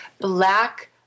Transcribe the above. black